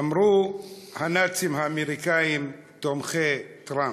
אמרו הנאצים האמריקנים תומכי טראמפ.